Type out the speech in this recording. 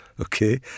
Okay